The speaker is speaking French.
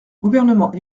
gouvernement